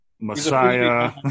Messiah